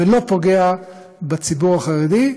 ולא פוגע בציבור החרדי,